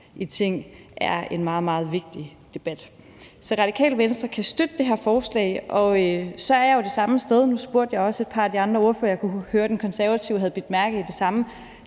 i ting; det er en meget, meget vigtig debat. Så Radikale Venstre kan støtte det her forslag. Jeg er jo det samme sted, hvor jeg synes – det spurgte jeg også et par af de andre ordførere om, og jeg kunne høre, at den konservative ordfører havde bidt mærke i det samme